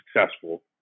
successful